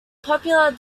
popular